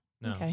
No